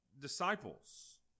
disciples